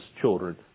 children